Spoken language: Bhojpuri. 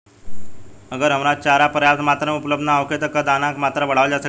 अगर हरा चारा पर्याप्त मात्रा में उपलब्ध ना होखे त का दाना क मात्रा बढ़ावल जा सकेला?